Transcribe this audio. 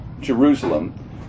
Jerusalem